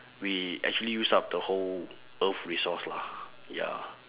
we actually use up the whole earth resource lah ya